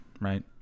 right